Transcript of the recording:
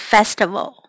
Festival